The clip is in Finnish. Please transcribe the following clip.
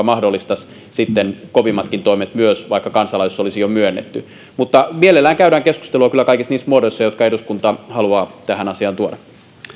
mahdollistaisi sitten myös kovemmat toimet vaikka kansalaisuus olisi jo myönnetty mutta mielellään käydään keskustelua kyllä kaikissa niissä muodoissa jotka eduskunta haluaa tähän asiaan tuoda